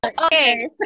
okay